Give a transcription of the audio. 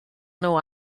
nhw